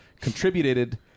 contributed